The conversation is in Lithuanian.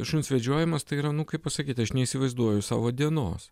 šuns vedžiojimas tai yra nu kaip pasakyt aš neįsivaizduoju savo dienos